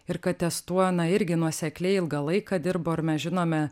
ir kad ties tuo na irgi nuosekliai ilgą laiką dirbo ir mes žinome